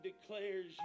declares